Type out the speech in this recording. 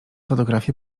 fotografie